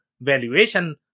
valuation